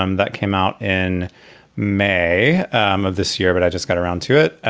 um that came out in may of this year. but i just got around to it.